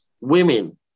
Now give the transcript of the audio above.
women